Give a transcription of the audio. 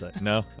no